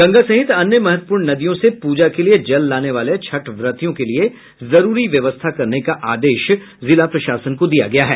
गंगा सहित अन्य महत्वपूर्ण नदियों से पूजा के लिये जल लाने वाले छठ व्रतियों के लिये जरूरी व्यवस्था करने का आदेश जिला प्रशासन को दिया गया है